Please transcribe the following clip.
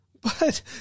But